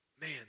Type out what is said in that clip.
Man